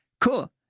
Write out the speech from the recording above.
Cool